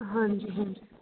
ਹਾਂਜੀ ਹਾਂਜੀ